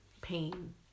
pain